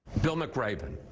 bill mcraven,